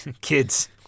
kids